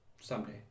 Someday